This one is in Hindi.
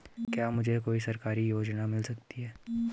क्या मुझे कोई सरकारी योजना मिल सकती है?